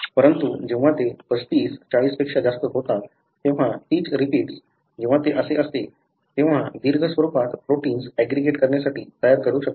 परंतु जेव्हा ते 35 40 पेक्षा जास्त होतात तेव्हा तीच रिपीट्स जेव्हा ते असते तेव्हा दीर्घ स्वरूपात प्रोटिन्स ऍग्रीगेट करण्यासाठी तयार करू शकतात